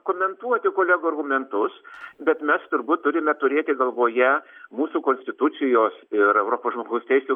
komentuoti kolegų argumentus bet mes turbūt turime turėti galvoje mūsų konstitucijos ir europos žmogaus teisių